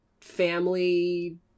family